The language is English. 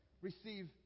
Receive